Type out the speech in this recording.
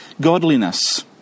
godliness